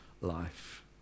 life